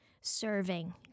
serving